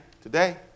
Today